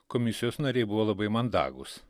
komisijos nariai buvo labai mandagūs